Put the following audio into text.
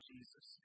Jesus